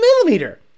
millimeter